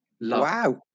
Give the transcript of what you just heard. Wow